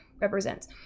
represents